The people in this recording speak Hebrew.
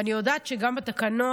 ואני יודעת שגם התקנות,